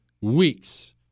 Weeks